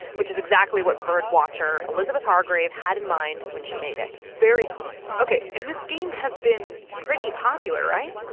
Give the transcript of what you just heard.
which is exactly what bird watcher elizabeth hargrave had in mind when she made it very cool. ok. and this game has been pretty popular, right?